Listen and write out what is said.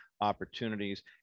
opportunities